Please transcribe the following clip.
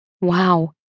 wow